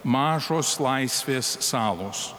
mažos laisvės salos